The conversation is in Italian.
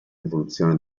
rivoluzione